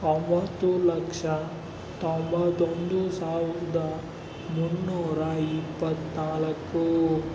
ಒಂಬತ್ತು ಲಕ್ಷ ತೊಂಬತ್ತೊಂದು ಸಾವಿರದ ಮುನ್ನೂರ ಇಪ್ಪತ್ತ್ನಾಲ್ಕು